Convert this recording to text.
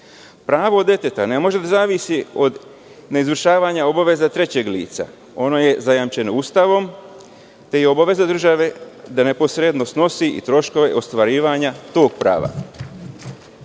deteta ne može da zavisi od izvršavanja obaveza trećeg lica, jer ono je zajamčeno Ustavom, gde je obaveza države da neposrednost snosi i troškove ostvarivanja tog